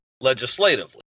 legislatively